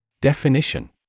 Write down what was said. Definition